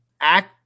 act